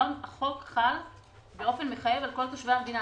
היום החוק חל באופן מחייב על כל תושבי המדינה.